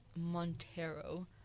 montero